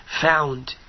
found